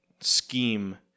scheme